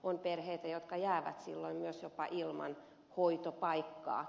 on perheitä jotka jäävät silloin myös jopa ilman hoitopaikkaa